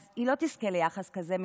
אז היא לא תזכה ליחס כזה מאיתנו,